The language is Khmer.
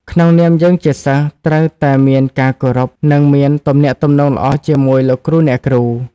ក្នុងនាមយើងជាសិស្សត្រូវតែមានការគោរពនិងមានទំនាក់ទំនងល្អជាមួយលោកគ្រូអ្នកគ្រូ។